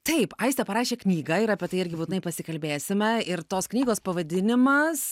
taip aistė parašė knygą ir apie tai irgi būtinai pasikalbėsime ir tos knygos pavadinimas